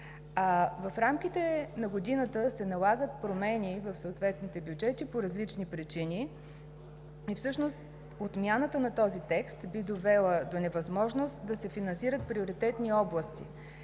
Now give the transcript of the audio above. В рамките на годината се налагат промени в съответните бюджети по различни причини и всъщност отмяната на този текст би довела до невъзможност да се финансират приоритетни области.